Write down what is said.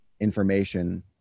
information